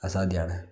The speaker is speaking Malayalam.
അസാധ്യമാണ്